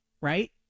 right